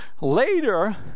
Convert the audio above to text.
Later